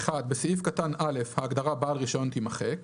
(1)בסעיף קטן (א) - ההגדרה "בעל רישיון" תימחק,